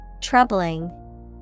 Troubling